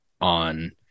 on